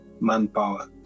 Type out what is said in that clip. manpower